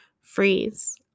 freeze